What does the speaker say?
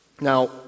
Now